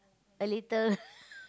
a little